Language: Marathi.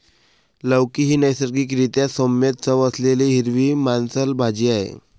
लौकी ही नैसर्गिक रीत्या सौम्य चव असलेली हिरवी मांसल भाजी आहे